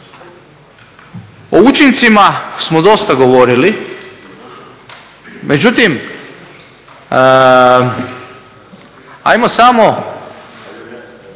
O učincima smo dosta govorili, međutim ajmo samo,